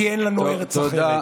כי אין לנו ארץ אחרת.